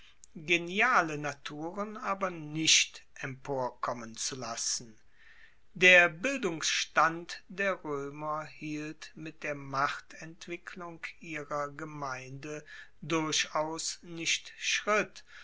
geniale naturen aber nicht emporkommen zu lassen der bildungsstand der roemer hielt mit der machtentwicklung ihrer gemeinde durchaus nicht schritt